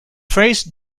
phrase